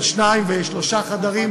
של שתיים ושלושה חדרים,